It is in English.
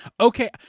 Okay